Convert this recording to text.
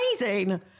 amazing